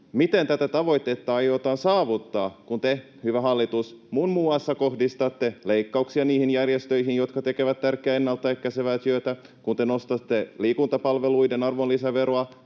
miten tämä tavoite aiotaan saavuttaa, kun te, hyvä hallitus, muun muassa kohdistatte leikkauksia niihin järjestöihin, jotka tekevät tärkeää ennaltaehkäisevää työtä, kun te nostatte liikuntapalveluiden arvonlisäveroa,